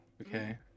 okay